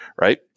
right